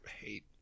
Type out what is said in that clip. hate